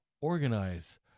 organize